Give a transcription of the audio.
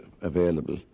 available